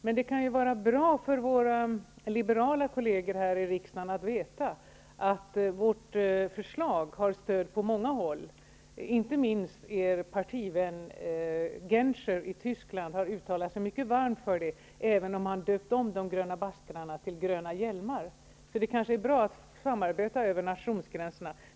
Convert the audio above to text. Men det kan vara bra för våra liberala kolleger här i riksdagen att veta att vårt förslag har stöd på många håll. Inte minst er partivän Genscher i Tyskland har uttalat sig mycket varmt för det, även om han döpt om de gröna baskrarna till gröna hjälmar. Det är kanske bra att samarbeta över nationsgränserna.